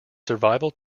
survival